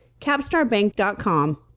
capstarbank.com